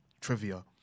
trivia